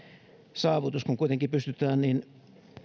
saavutus kun kuitenkin pystytään niin